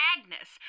Agnes